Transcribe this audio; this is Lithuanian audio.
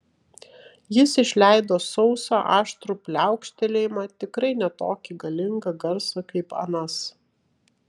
jis išleido sausą aštrų pliaukštelėjimą tikrai ne tokį galingą garsą kaip anas